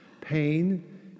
pain